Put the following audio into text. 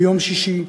ביום שישי,